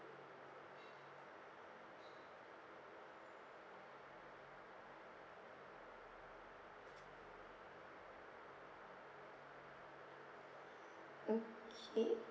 okay